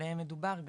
עליהם מדובר,